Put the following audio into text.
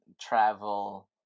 travel